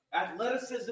athleticism